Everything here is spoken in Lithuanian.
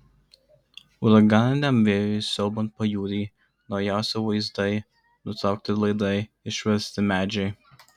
uraganiniam vėjui siaubiant pajūrį naujausi vaizdai nutraukti laidai išversti medžiai